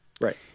Right